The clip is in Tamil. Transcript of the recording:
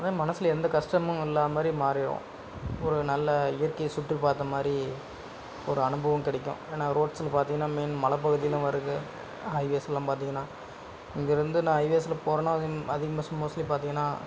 அது மனசில் எந்த கஷ்டமும் இல்லாத மாதிரி மாறிவிடும் ஒரு நல்ல இயற்கையை சுற்றி பார்த்த மாதிரி ஒரு அனுபவம் கிடைக்கும் ஏன்னால் ரோட்ஸ்சில் பார்த்தீங்கன்னா மெயின் மலைப்பகுதியில் வருது ஹைவேஸ்ஸெல்லாம் பார்த்தீங்கன்னா இங்கிருந்து நான் ஹைவேஸ்சில் போகிறேனா அதிகம் மோஸ்ட்லி பார்த்தீங்கன்னா